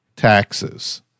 taxes